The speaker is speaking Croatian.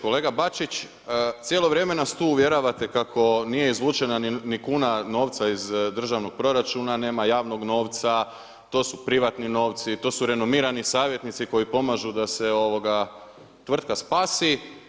Kolega Bačić, cijelo vrijeme nas tu uvjeravate kako nije izvučena ni kuna novca iz državnog proračuna, nema javnog novca, to su privatni novci, to su renomirani savjetnici koji pomažu da se tvrtka spasi.